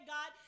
God